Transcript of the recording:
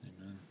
Amen